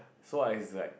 so I it's like